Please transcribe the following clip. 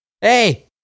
Hey